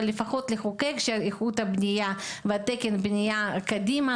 אבל לפחות לחוקק שאיכות הבנייה ותקן הבנייה קדימה